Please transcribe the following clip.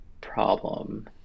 problem